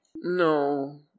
No